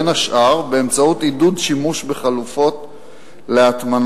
בין השאר באמצעות עידוד שימוש בחלופות להטמנה,